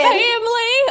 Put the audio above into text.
family